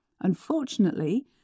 Unfortunately